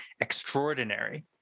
extraordinary